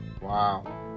Wow